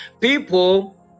People